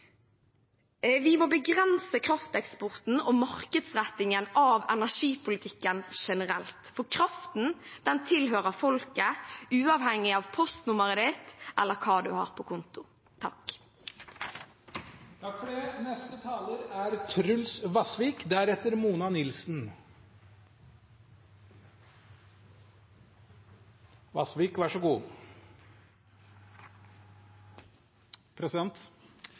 Vi må begrense krafteksporten og markedsrettingen av energipolitikken generelt, for kraften tilhører folket uavhengig av postnummer eller hva man har på konto. Koronapandemien har gitt oss mange nye erfaringer. Men selv om bruken av hjemmekontor har økt for mange, er